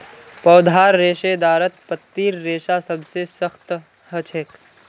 पौधार रेशेदारत पत्तीर रेशा सबसे सख्त ह छेक